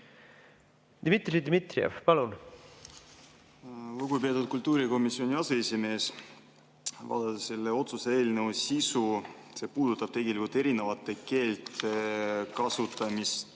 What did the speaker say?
Dmitri Dmitrijev, palun! Lugupeetud kultuurikomisjoni aseesimees! Selle otsuse eelnõu sisu puudutab tegelikult erinevate keelte kasutamist